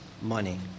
money